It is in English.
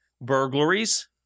burglaries